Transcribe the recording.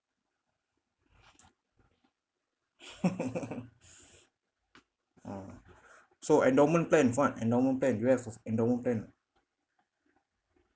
oh so endowment plan fuad endowment plan do you have a f~ endowment plan ah